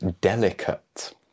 delicate